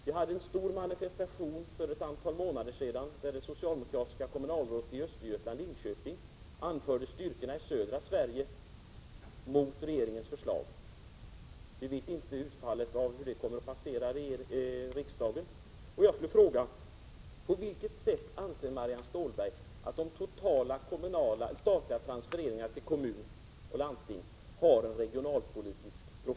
Det gjordes en stor manifestation för ett antal månader sec an när det socialdemokratiska kommunalrådet i Linköping anförde styrkorna i södra Sverige mot regeringens förslag. Vi vet inte utfallet av riksdagsbehandlingen därvidlag. Jag vill fråga: På vilket sätt anser Marianne Stålberg att de totala statliga transfereringarna till kommuner och landsting har regionalpolitisk profil?